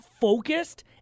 focused